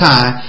High